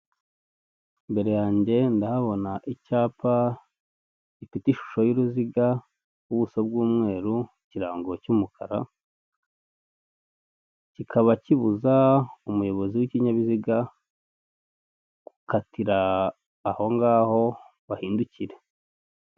Imbere yange ndahabona icyapa gifite ishusho y'uruziga, ubuso bw'umweru, ikirango cy'umukara, kikaba kibuza umuyobozi w'ikinyabiziga gukatira ahongaho bahindukira.